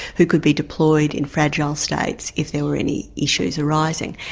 who could be deployed in fragile states if there were any issues arising.